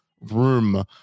room